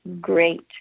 great